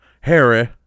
Harry